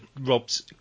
Rob's